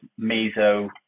meso